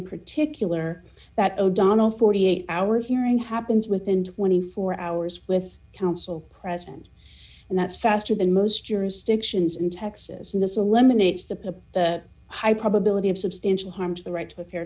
particular that o'donnell forty eight hour hearing happens within twenty four hours with council president and that's faster than most jurisdictions in texas and this eliminates the high probability of substantial harm to the right to a fair